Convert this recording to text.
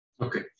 Okay